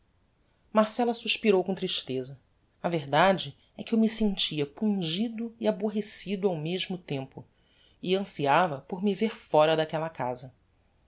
marcella suspirou com tristeza a verdade é que eu me sentia pungido e aborrecido ao mesmo tempo e anciava por me ver fóra daquella casa